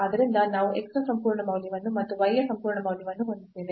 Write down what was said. ಆದ್ದರಿಂದ ನಾವು x ನ ಸಂಪೂರ್ಣ ಮೌಲ್ಯವನ್ನು ಮತ್ತು y ಯ ಸಂಪೂರ್ಣ ಮೌಲ್ಯವನ್ನು ಹೊಂದಿದ್ದೇವೆ